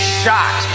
shot